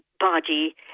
body